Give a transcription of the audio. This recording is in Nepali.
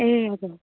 ए हजुर